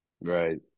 Right